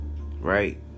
Right